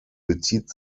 bezieht